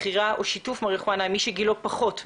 מכירה או שיתוף מריחואנה עם מי שגילו פחות מ-21,